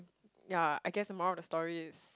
yeah I guess the moral of the story is